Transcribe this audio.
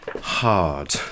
hard